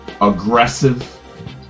aggressive